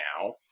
now